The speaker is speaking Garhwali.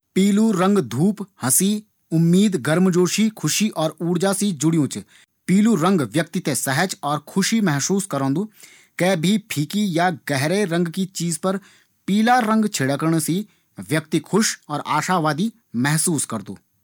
पीलू रंग धूप, हंसी, उम्मीद, गर्मजोशी, ख़ुशी और ऊर्जा से जुड़यु च। यू व्यक्ति थें सहज और ख़ुशी महसूस करोंदू। कै भी फीकी या गहरी रंग की चीज पर पीला रंग छिड़कणा से व्यक्ति खुश और आशावादी महसूस करदू।